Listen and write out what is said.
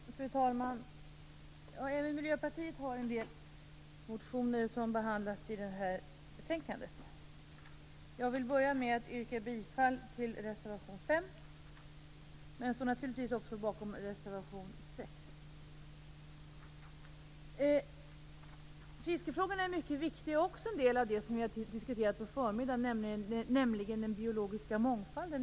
Fru talman! Även Miljöpartiet har väckt en del motioner som behandlas i detta betänkande. Jag vill börja med att yrka bifall till reservation 5. Jag står naturligtvis också bakom reservation 6. Fiskefrågorna är mycket viktiga, också med tanke på det vi har diskuterat på förmiddagen, nämligen den biologiska mångfalden.